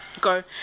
go